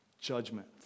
judgment